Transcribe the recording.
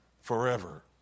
forever